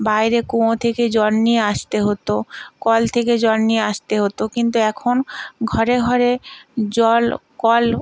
বাইরে কুঁয়ো থেকে জল নিয়ে আসতে হতো কল থেকে জল নিয়ে আসতে হতো কিন্তু এখন ঘরে ঘরে জল কল